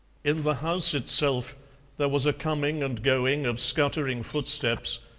in the house itself there was a coming and going of scuttering footsteps,